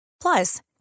Plus